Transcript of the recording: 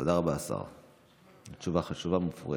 תודה רבה, השר, על תשובה חשובה ומפורטת.